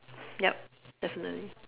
yup definitely